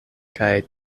kaj